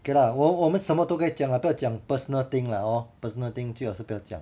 okay lah 我我们什么都可以讲啦不要讲 personal thing lah hor personal thing 最好是不要讲